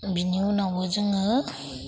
बिनि उनाव जोङो